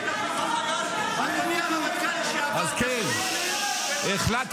אבל אני חבר כנסת, כמו כל אחד אחר.